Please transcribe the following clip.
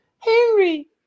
Henry